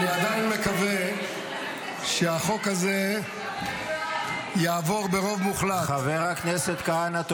אני עדיין מקווה שהחוק הזה יעבור ברוב מוחלט -- חבר הכנסת כהנא,